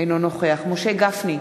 אינו נוכח משה גפני,